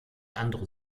andere